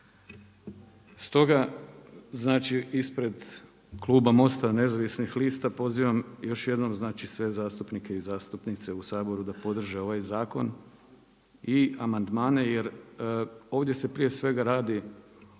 Stoga, znači ispred Kluba Mosta nezavisnih lista pozivam još jednom sve zastupnike i zastupnice u Saboru da podrže ovaj zakon i amandmane jer ovdje se prije svega radi